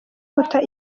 guta